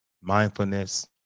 mindfulness